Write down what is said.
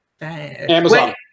Amazon